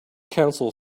council